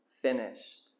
finished